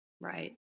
Right